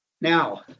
Now